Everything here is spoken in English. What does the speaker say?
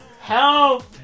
Help